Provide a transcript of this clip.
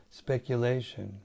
speculation